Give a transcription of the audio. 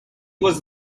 was